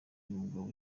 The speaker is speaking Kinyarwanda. umugabo